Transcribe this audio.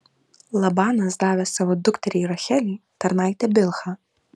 labanas davė savo dukteriai rachelei tarnaitę bilhą